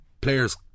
players